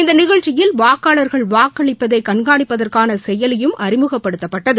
இந்நிகழ்ச்சியில் வாக்களிப்பதை கண்காணிப்பதற்கான செயலியும் அறிமுகப்படுத்தப்பட்டது